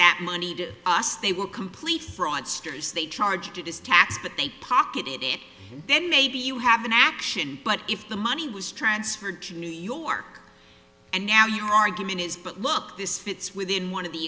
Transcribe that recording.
that money to us they will complete fraudsters they charged it is tax but they pocketed it then maybe you have an action but if the money was transferred to new york and now your argument is that look this fits within one of the